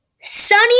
Sunny